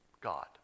God